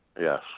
Yes